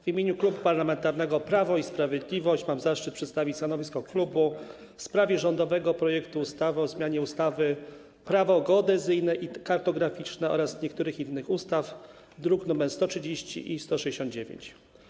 W imieniu Klubu Parlamentarnego Prawo i Sprawiedliwość mam zaszczyt przedstawić stanowisko klubu w sprawie rządowego projektu ustawy o zmianie ustawy - Prawo geodezyjne i kartograficzne oraz niektórych innych ustaw, druk nr 130 i 169.